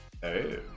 Hey